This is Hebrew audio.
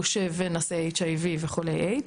גושה ונשאיHIV וחולי איידס,